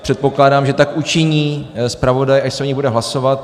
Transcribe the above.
Předpokládám, že tak učiní zpravodaj, až se o nich bude hlasovat.